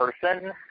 person